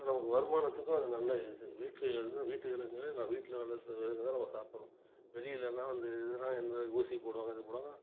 அது நம்ம வருமானத்துக்கும் அது நல்ல இது வீட்டில் இது வீட்டு விலங்கு தான் வீட்டில் வளர்க்கிற விலங்கை தான் நம்ம சாப்பிடனும் வெளியிலலாம் வந்து இந்த இதுலாம் ஊசி போடுவாங்கள்